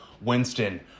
Winston